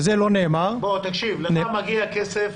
נאמר --- תקשיב, לך מגיע כסף